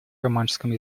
романшском